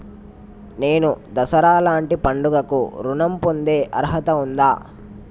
నేను దసరా లాంటి పండుగ కు ఋణం పొందే అర్హత ఉందా?